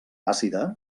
àcida